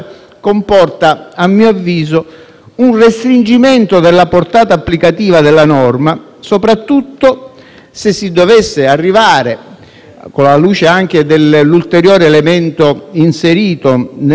un restringimento della portata applicativa della norma, soprattutto se si dovesse arrivare, alla luce anche dell'ulteriore elemento inserito nel disegno di legge,